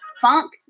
Funk